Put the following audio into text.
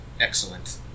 excellent